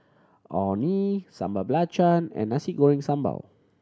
Orh Nee Sambal Belacan and Nasi Goreng Sambal